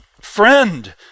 friend